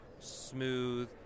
smooth